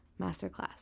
Masterclass